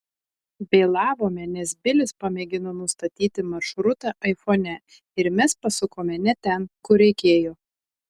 vėlavome nes bilis pamėgino nustatyti maršrutą aifone ir mes pasukome ne ten kur reikėjo